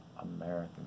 American